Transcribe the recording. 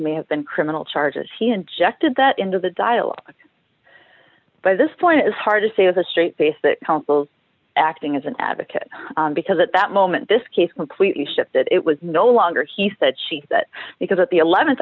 may have been criminal charges he injected that into the dialogue by this point it is hard to say as a straight face that counsels acting as an advocate because at that moment this case completely shifted it was no longer he said she said because at the